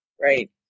Right